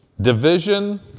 division